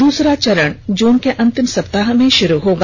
दूसरा चरण जून के अंतिम सप्ताह में शुरू होगा